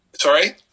Sorry